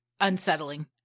unsettling